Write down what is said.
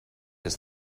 his